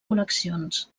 col·leccions